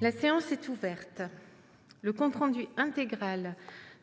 La séance est ouverte. Le compte rendu intégral